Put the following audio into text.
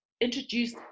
introduce